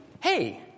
hey